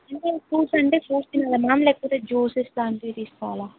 అంటే ఫ్రూట్స్ అంటే ఫ్రూట్స్ తినాలా మ్యామ్ లేకపోతే జ్యూసెస్ లాంటివి తీసుకోవాలా